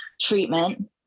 treatment